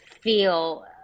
feel